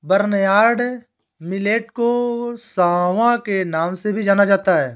barnyard millet को सांवा के नाम से भी जाना जाता है